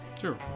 Sure